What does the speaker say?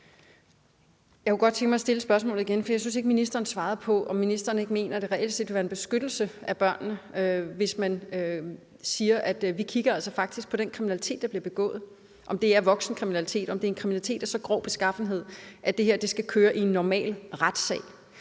godt tænke mig at stille spørgsmålet igen, for jeg synes ikke, ministeren svarede på, om ministeren ikke mener, at det reelt set vil være en beskyttelse af børnene, hvis man siger: Vi kigger altså faktisk på den kriminalitet, der bliver begået, altså om det er voksenkriminalitet og kriminalitet af så grov beskaffenhed, at det skal køre i en normal retssag.